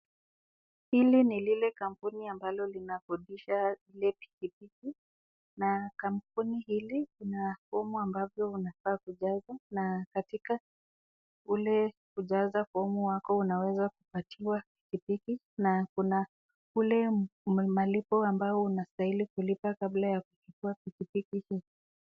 Hili ni lile kampuni ambalo linakodisha ile pikipiki na kampuni hili lina fomu ambavyo unafaa kujaza na katika ule kujaza fomu wako unaweza kupatiwa pikipiki na kuna ule malipo ambayo unastahili kulipa kabla ya kuchukua pikipiki hii.